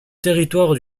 territoire